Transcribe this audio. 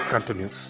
Continue